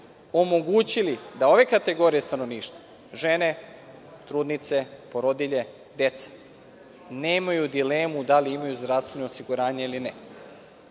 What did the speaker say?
omogućili da ove kategorije stanovništva, žene, trudnice, porodilje, deca, nemaju dilemu da li imaju zdravstveno osiguranje ili ne.